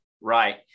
Right